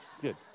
good